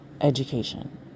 education